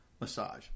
Massage